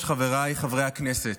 חבריי חברי הכנסת,